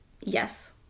Yes